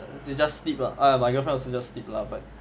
she just sleep lah ah my girlfriend she just sleep lah but